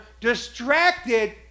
distracted